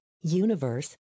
Universe